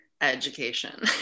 education